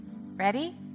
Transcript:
ready